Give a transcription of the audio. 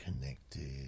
Connected